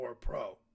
pro